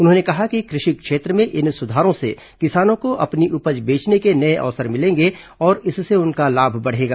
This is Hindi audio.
उन्होंने कहा कि कृषि क्षेत्र में इन सुधारों से किसानों को अपनी उपज बेचने के नए अवसर मिलेंगे और इससे उनका लाभ बढ़ेगा